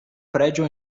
prédio